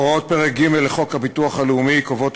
הוראות פרק ג' לחוק הביטוח הלאומי קובעות